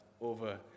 over